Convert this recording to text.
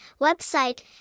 Website